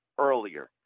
earlier